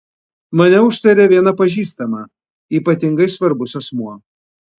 mane užtarė viena pažįstama ypatingai svarbus asmuo